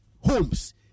homes